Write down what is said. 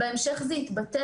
בהמשך זה התבטל.